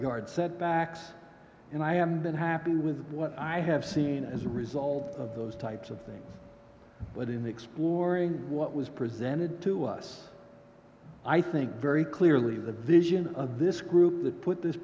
yard setbacks and i have been happy with what i have seen as a result of those types of things but in the exploring what was presented to us i think very clearly the vision of this group that put this